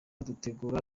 dutegura